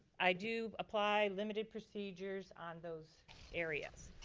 i do apply limited procedures on those areas.